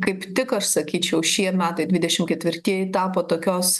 kaip tik aš sakyčiau šie metai dvidešim ketvirtieji tapo tokios